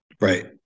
Right